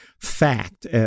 fact